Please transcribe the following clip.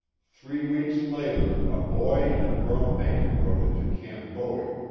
three weeks later a boy and a grown man rode into camp bowie,